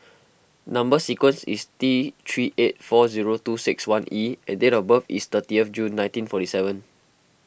Number Sequence is T three eight four zero two six one E and date of birth is thirty of June nineteen forty seven